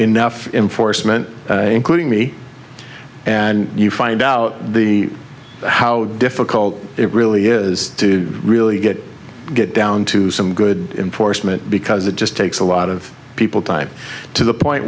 enough in force meant including me and you find out the how difficult it really is to really get get down to some good enforcement because it just takes a lot of people time to the point